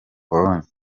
pologne